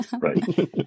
Right